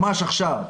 ממש עכשיו.